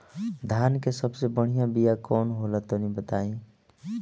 धान के सबसे बढ़िया बिया कौन हो ला तनि बाताई?